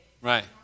Right